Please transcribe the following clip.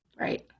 Right